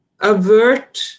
avert